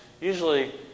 Usually